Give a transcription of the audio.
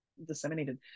disseminated